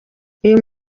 uyu